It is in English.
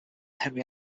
henry